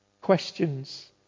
questions